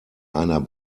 einer